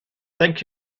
thank